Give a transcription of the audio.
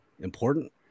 important